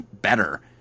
better